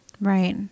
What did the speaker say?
right